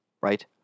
Right